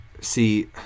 see